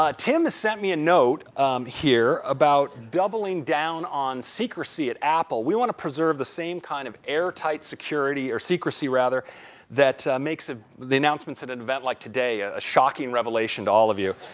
ah tim has sent me a note here about doubling down on secrecy at apple. we want to preserve the same kind of airtight security or secrecy rather that makes a the announcements at an event like today ah a shocking revelation to all of you.